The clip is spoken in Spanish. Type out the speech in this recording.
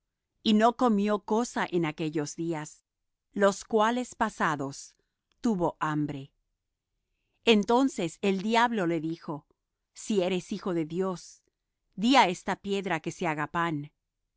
y no comió cosa en aquellos días los cuales pasados tuvo hambre entonces el diablo le dijo si eres hijo de dios di á esta piedra que se haga pan